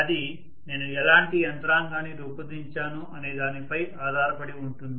అది నేను ఎలాంటి యంత్రాంగాన్ని రూపొందించాను అనే దానిపై ఆధారపడి ఉంటుంది